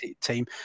team